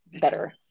better